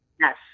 yes